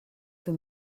für